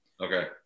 Okay